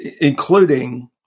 including